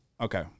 Okay